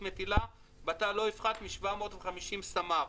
מטילה בתא לא יפחת משבע מאות וחמישים סמ"ר.